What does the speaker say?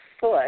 foot